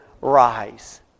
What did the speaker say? rise